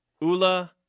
Ula